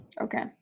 Okay